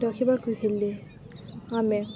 ରଖିବାକୁ ହେଲେ ଆମେ